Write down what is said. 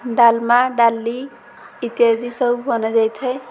ଡାଲମା ଡାଲି ଇତ୍ୟାଦି ସବୁ ବନାଯାଇ ଥାଏ